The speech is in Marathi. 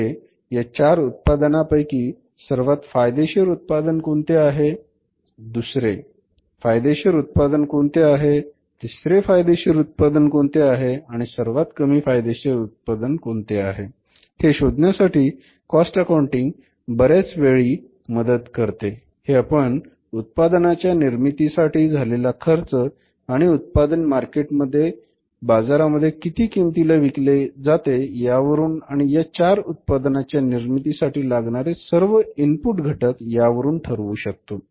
म्हणजे या चार उत्पादनापैकी सर्वात फायदेशीर उत्पादन कोणते आहे दुसरे फायदेशीर उत्पादन कोणते आहे तिसरे फायदेशीर उत्पादन कोणते आहे आणि सर्वात कमी फायदेशीर उत्पादन कोणते आहे हे शोधण्यासाठी कॉस्ट अकाउंटिंग बऱ्याच वेळी मदत करते हे आपण उत्पादनाच्या निर्मितीसाठी झालेला खर्च आणि उत्पादन मार्केटमध्ये बाजारामध्ये किती किमतीला विकले जाते यावरून आणि या चार उत्पादनांच्या निर्मितीसाठी लागणारे सर्व इनपुट घटक यावरून ठरवू शकतो